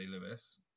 Lewis